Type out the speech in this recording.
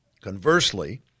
Conversely